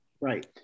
Right